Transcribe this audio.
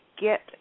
get